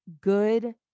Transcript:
good